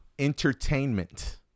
entertainment